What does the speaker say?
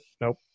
nope